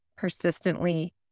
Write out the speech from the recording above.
persistently